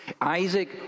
Isaac